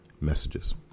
messages